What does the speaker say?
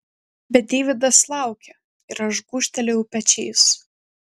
bet deividas laukė ir aš gūžtelėjau pečiais